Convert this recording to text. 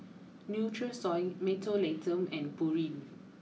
Nutrisoy Mentholatum and Pureen